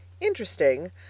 Interesting